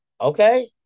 Okay